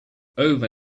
over